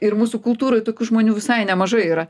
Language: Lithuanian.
ir mūsų kultūroj tokių žmonių visai nemažai yra